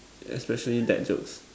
especially bad jokes